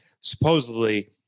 supposedly